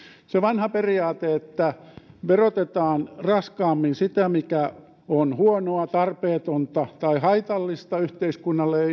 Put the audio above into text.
se vanha periaate että verotetaan raskaammin sitä mikä on huonoa tarpeetonta tai haitallista yhteiskunnalle